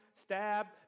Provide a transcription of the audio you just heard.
stabbed